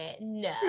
no